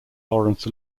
laurence